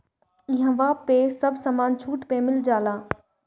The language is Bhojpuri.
इहवा पे सब समान छुट पे मिल जाला